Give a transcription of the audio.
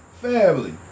family